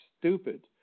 stupid